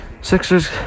Sixers